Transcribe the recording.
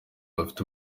bafite